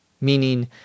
meaning